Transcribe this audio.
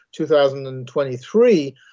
2023